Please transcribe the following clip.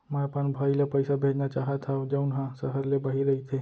मै अपन भाई ला पइसा भेजना चाहत हव जऊन हा सहर ले बाहिर रहीथे